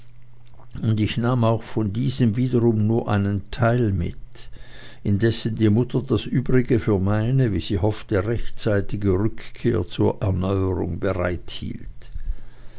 und ich nahm auch von diesem wiederum nur einen teil mit indessen die mutter das übrige für meine wie sie hoffte rechtzeitige rückkehr zur erneuerung